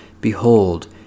Behold